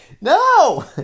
No